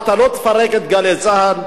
אתה לא תפרק את "גלי צה"ל",